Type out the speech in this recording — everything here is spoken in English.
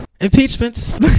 Impeachments